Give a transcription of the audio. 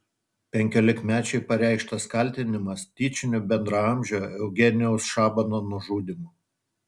penkiolikmečiui pareikštas kaltinimas tyčiniu bendraamžio eugenijaus šabano nužudymu